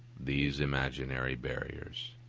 these imaginary barriers.